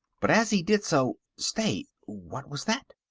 but as he did so stay, what was that?